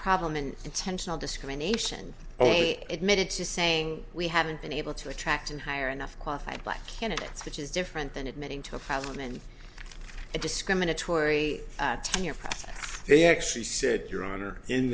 problem an intentional discrimination oh it made it to saying we haven't been able to attract and hire enough qualified black candidates which is different than admitting to a problem and a discriminatory tenure they actually said your honor in